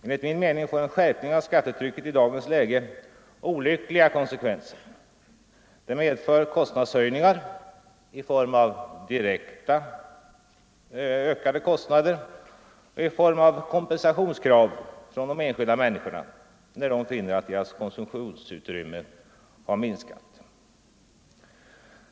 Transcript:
Enligt min mening får en skärpning av skattetrycket i dagens läge olyckliga konsekvenser. Det medför kostnadshöjningar i form av ökade direkta kostnader och i form av kompensationskrav från de enskilda människorna när de finner att konsumtionsutrymmet minskat.